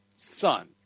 Son